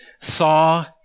saw